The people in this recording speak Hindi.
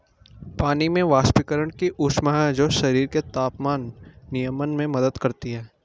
पानी में वाष्पीकरण की ऊष्मा है जो शरीर के तापमान नियमन में मदद करती है